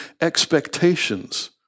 expectations